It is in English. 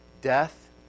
Death